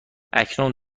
اکنون